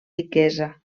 riquesa